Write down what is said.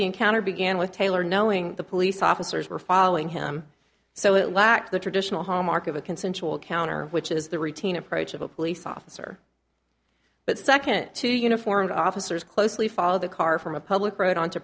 encounter began with taylor knowing the police officers were following him so it lacked the traditional hallmark of a consensual counter which is the routine approach of a police officer but second to uniformed officers closely follow the car from a public road on to